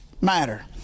matter